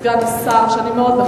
סגן השר שאני מאוד מכבדת,